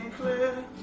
clear